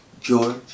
George